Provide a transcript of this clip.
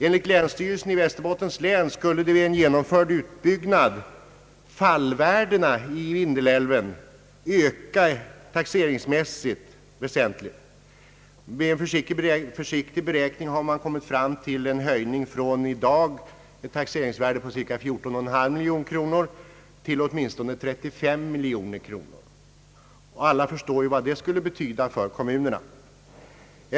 Enligt länsstyrelsen i Västerbottens län skulle vid en genomförd utbyggnad fallvärdena i Vindelälven öka väsentligt i taxeringsmässigt avseende. Vid en försiktig beräkning har man kommit fram till en höjning från ett taxeringsvärde på cirka 14,5 miljoner kronor i dag till åtminstone 35 miljoner kronor, och alla förstår vad det skulle betyda för kommunerna.